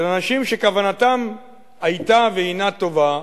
של אנשים שכוונתם היתה והינה טובה,